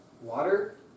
water